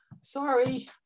Sorry